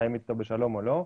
חיים אתו בשלום או לא.